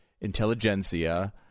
intelligentsia